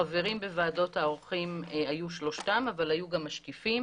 חברים בוועדות העורכים היו שלושתם אבל היו גם משקיפים